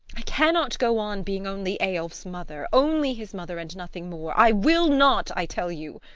i cannot go on being only eyolf's mother only his mother and nothing more. i will not, i tell you!